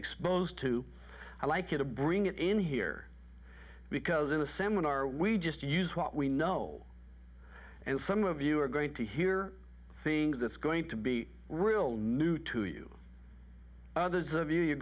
exposed to i like you to bring it in here because in a seminar we just use what we know and some of you are going to hear things that's going to be real new to you others of you you're